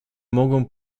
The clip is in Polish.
mogą